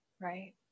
Right